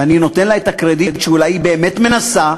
ואני נותן לה את הקרדיט שאולי היא באמת מנסה.